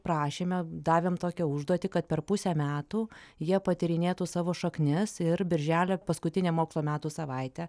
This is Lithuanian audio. prašėme davėm tokią užduotį kad per pusę metų jie patyrinėtų savo šaknis ir birželio paskutinę mokslo metų savaitę